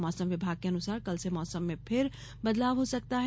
मौसम विभाग के अनुसार कल से मौसम में फिर बदलाव हो सकता है